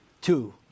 Two